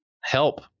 help